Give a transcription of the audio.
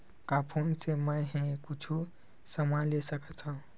का फोन से मै हे कुछु समान ले सकत हाव का?